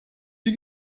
die